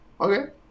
okay